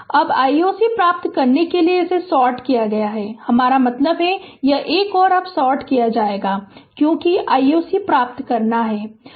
अब I o c प्राप्त करने के लिए इसे सॉर्ट किया गया है मेरा मतलब यह है यह 1 और 2 अब सॉर्ट किया गया है क्योंकि I o c प्राप्त करना है